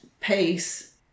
pace